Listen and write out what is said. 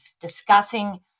discussing